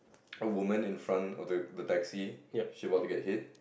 a woman in front of the the taxi she about to get hit